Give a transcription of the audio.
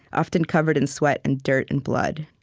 often covered in sweat and dirt and blood.